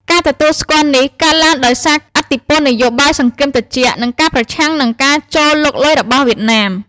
ការទទួលស្គាល់នេះកើតឡើងដោយសារឥទ្ធិពលនយោបាយសង្គ្រាមត្រជាក់ និងការប្រឆាំងនឹងការចូលលុកលុយរបស់វៀតណាម។